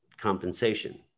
compensation